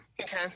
Okay